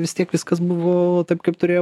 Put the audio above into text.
vis tiek viskas buvo taip kaip turėjo